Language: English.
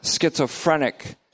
schizophrenic